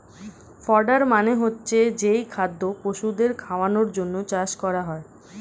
fodder মানে হচ্ছে যেই খাদ্য পশুদের খাওয়ানোর জন্যে চাষ করা হয়